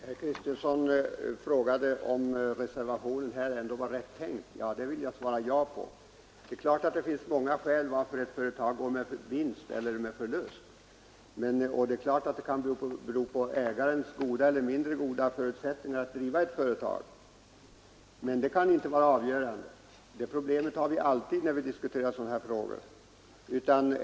Fru talman! Herr Kristenson frågade om reservationen var rätt tänkt, och det vill jag svara ja på. Det är klart att det finns många skäl till att ett företag går med vinst eller med förlust, och det är klart att det kan bero på ägarens goda eller mindre goda förutsättningar att driva ett företag. Men detta kan inte vara avgörande; det problemet har vi alltid när vi diskuterar sådana här frågor.